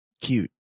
cute